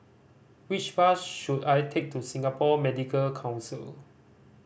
which bus should I take to Singapore Medical Council